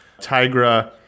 Tigra